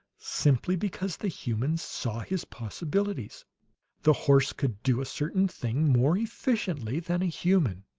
simply because the humans saw his possibilities the horse could do a certain thing more efficiently than a human.